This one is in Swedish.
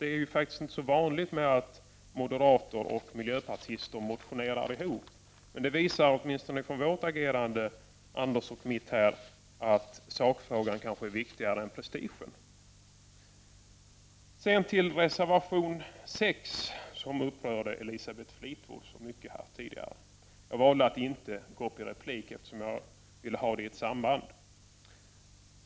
Det är faktiskt inte så vanligt när moderater och miljöpartister motionerar ihop, men det visar åtminstone på vårt agerande, Anders och mitt här, att sakfrågan kanske är viktigare än prestigen. Sedan till reservation 6, som upprörde Elisabeth Fleetwood så mycket här tidigare. Jag valde att inte gå upp i replik, eftersom jag ville ha det i ett samband.